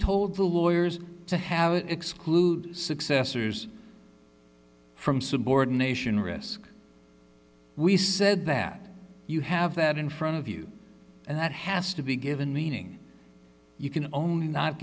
told the lawyers to have exclude successors from subordination risk we said that you have that in front of you and that has to be given meaning you can only not